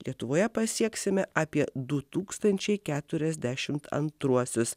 lietuvoje pasieksime apie du tūkstančiai keturiasdešimt antruosius